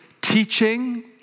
teaching